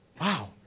wow